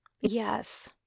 Yes